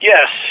Yes